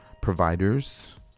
providers